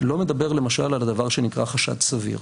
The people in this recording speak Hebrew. לא מדבר למשל על הדבר שנקרא חשד סביר,